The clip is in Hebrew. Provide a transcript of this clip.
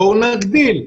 בואו נגדיל.